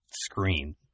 screen